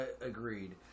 agreed